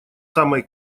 самой